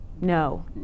No